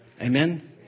Amen